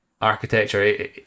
architecture